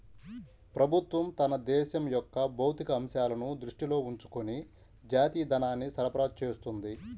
ప్రభుత్వం తన దేశం యొక్క భౌతిక అంశాలను దృష్టిలో ఉంచుకొని జాతీయ ధనాన్ని సరఫరా చేస్తుంది